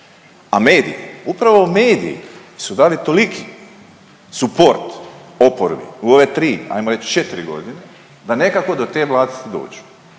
a mediji upravo mediji su dali toliki suport oporbi u ove tri, ajmo reć četri godine da nekako do te vlasti dođu.